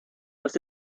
los